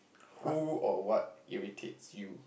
who or what irritates you